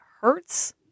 hurts